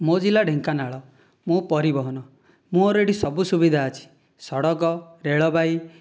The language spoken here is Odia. ମୋ ଜିଲ୍ଲା ଢେଙ୍କାନାଳ ମୁଁ ପରିବହନ ମୋର ଏଇଠି ସବୁ ସୁବିଧା ଅଛି ସଡ଼କ ରେଳବାଇ